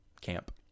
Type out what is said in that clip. camp